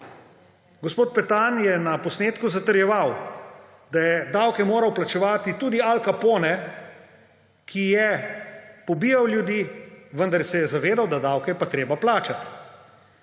Gospod Petan je na posnetku zatrjeval, da je davke moral plačevati tudi Al Capone, ki je pobijal ljudi, vendar se je zavedal, da davke je pa treba plačati.